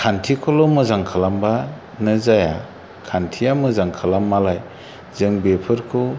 खान्थिखौल' मोजां खालामबानो जाया खान्थिया मोजां खालामबालाय जों बेफोरखौ